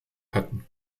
hatten